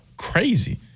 Crazy